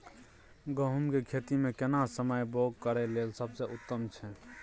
गहूम के खेती मे केना समय बौग करय लेल सबसे उत्तम छै?